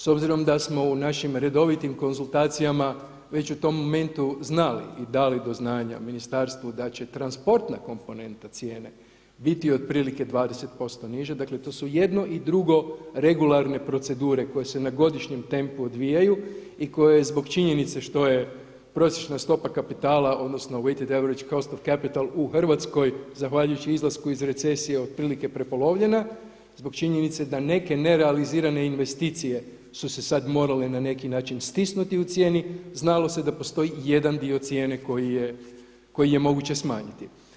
S obzirom da smo u našim redovitim konzultacijama već u tom momentu znali i dali do znanja ministarstvu da će transportna komponenta cijene biti otprilike 20% niže, dakle to su jedno i drugo regularne procedure koje se na godišnjem tempu odvijaju i koje zbog činjenice što je prosječna stopa kapitala odnosno weighted average cost of capital u Hrvatskoj zahvaljujući izlasku iz recesije otprilike prepolovljena zbog činjenice da neke nerealizirane investicije su se sada morale na neki način stisnuti u cijeni, znalo se da postoji jedan dio cijene koji je moguće smanjiti.